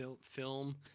film